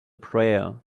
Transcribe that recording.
prayer